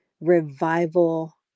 revival